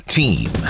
team